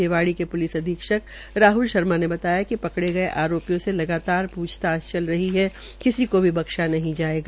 रिवाड़ी के पुलिस अधीक्षक राहल शर्मा ने बताया कि पकड़े गये आरोपियों से लगातार पूछताछ चल रही है किसी को भी बख्शा नहीं जायेगा